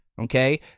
okay